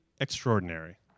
extraordinary